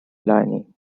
lining